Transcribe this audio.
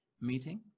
meeting